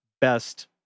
best